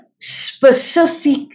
specific